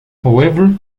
however